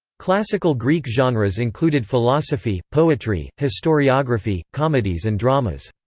classical greek genres included philosophy, poetry, historiography, comedies and dramas.